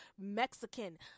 Mexican